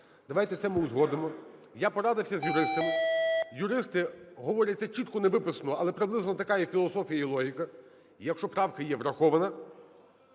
Давайте це ми узгодимо. Я порадився з юристами, юристи говорять, це чітко не виписано, але приблизно є така філософія і логіка: якщо правка є врахована,